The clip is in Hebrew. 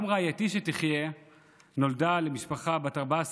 גם רעייתי שתחיה נולדה למשפחה בת 14 ילדים,